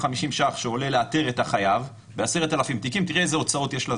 אלה בעלי חוב שהם אנשים שמוחלשים גם מבחינה